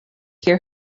hear